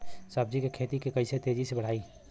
सब्जी के खेती के कइसे तेजी से बढ़ाई?